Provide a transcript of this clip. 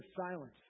silence